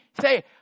say